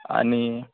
आनी